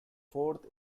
fourth